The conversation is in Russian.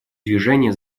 движения